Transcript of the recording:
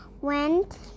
went